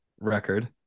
record